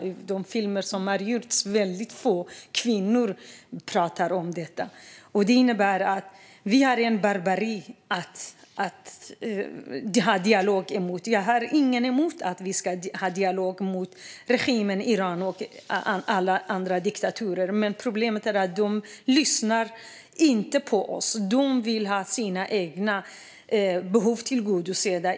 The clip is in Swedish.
I de filmer som har gjorts är det väldigt få kvinnor som pratar om detta. Detta innebär att vi för en dialog med ett barbari. Jag har inget emot att vi ska ha dialog med regimen i Iran och andra diktaturer, men problemet är att de inte lyssnar på oss. De vill ha sina egna behov tillgodosedda.